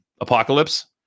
Apocalypse